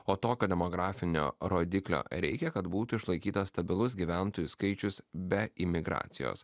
o tokio demografinio rodiklio reikia kad būtų išlaikytas stabilus gyventojų skaičius be imigracijos